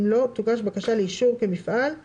אם לא תוגש בקשה לאישור כמפעל על